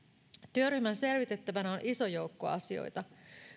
työryhmän selvitettävänä on iso joukko asioita